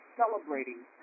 celebrating